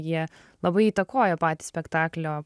jie labai įtakoja patį spektaklio